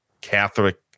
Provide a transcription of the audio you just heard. Catholic